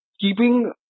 Keeping